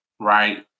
right